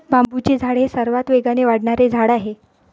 बांबूचे झाड हे सर्वात वेगाने वाढणारे झाड आहे